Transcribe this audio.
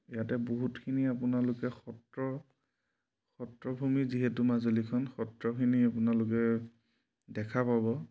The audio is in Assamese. ইয়াতে বহুতখিনি আপোনালোকে সত্ৰ সত্ৰভূমি যিহেতু মাজুলীখন সত্ৰখিনি আপোনালোকে দেখা পাব